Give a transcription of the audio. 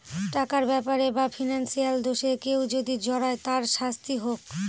টাকার ব্যাপারে বা ফিনান্সিয়াল দোষে কেউ যদি জড়ায় তার শাস্তি হোক